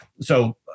So-